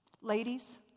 Ladies